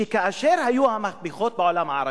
שכאשר היו המהפכות בעולם הערבי,